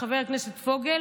חבר הכנסת פוגל